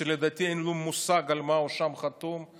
שלדעתי אין לו מושג על מה הוא חתום שם.